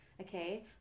Okay